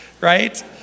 right